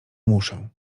muszę